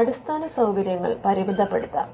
അടിസ്ഥാന സൌകര്യങ്ങൾ പരിമിതപ്പെടുത്താം